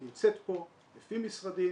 היא נמצאת פה לפי משרדים,